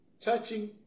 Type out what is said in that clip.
touching